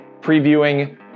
previewing